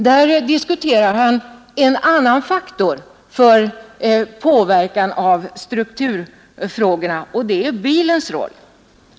Där diskuterar han en annan faktor för påverkan av strukturfrågorna, och det är bilen.